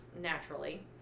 naturally